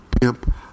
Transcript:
pimp